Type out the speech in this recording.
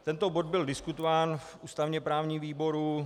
Tento bod byl diskutován v ústavněprávním výboru.